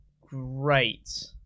Great